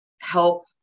help